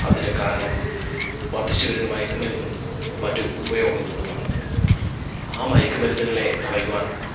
അതിന് കാരണം വർദ്ധിച്ചു വരുന്ന മയക്കുമരുന്നും മറ്റു ഉപയോഗങ്ങളുമാണ് ആ മയക്കുമരുന്നുകളെ തടയുവാൻ